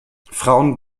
frauen